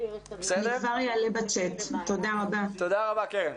תודה רבה קרן.